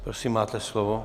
Prosím, máte slovo.